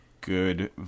good